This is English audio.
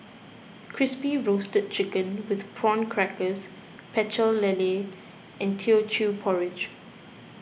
Crispy Roasted Chicken with Prawn Crackers Pecel Lele and Teochew Porridge